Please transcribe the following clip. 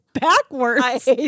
Backwards